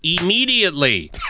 immediately